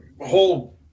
whole